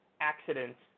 accidents